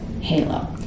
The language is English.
halo